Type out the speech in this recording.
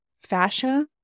fascia